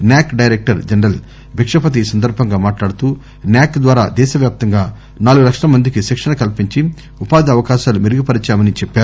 NAC director general Bikshapathi ఈ సందర్బంగా మాట్లాడుతూ న్యాక్ ద్వారా దేశవ్యాప్తంగా నాలుగు లక్షల మందికి శిక్షణ కల్పించి ఉపాధి అవకాశాలు మెరుగుపరిచామని చెప్పారు